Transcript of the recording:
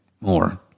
more